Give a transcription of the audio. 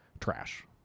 trash